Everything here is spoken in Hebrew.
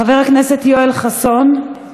חבר הכנסת יואל חסון,